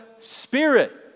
Spirit